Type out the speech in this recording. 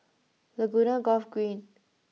Laguna Golf Green